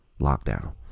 lockdown